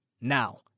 Now